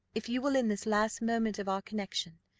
if you will, in this last moment of our connexion,